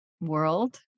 world